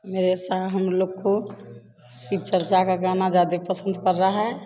हमेशा हम लोग को शिव चर्चा का गाना ज़्यादा पसंद कर रहा है